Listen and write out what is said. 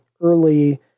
early